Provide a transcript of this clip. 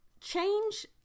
Change